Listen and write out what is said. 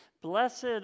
Blessed